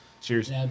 Cheers